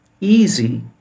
easy